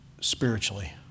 spiritually